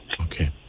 Okay